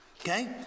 okay